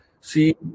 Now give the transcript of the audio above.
See